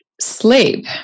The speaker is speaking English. Sleep